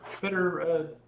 better